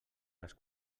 les